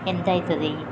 ఎంత అవుతుంది